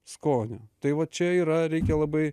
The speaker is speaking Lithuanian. skonio tai va čia yra reikia labai